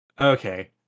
okay